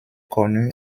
connu